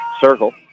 Circle